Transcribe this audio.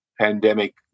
pandemic